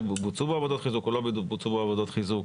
בוצעו בו עבודות חיזוק או לא בוצעו בו עבודות חיזוק.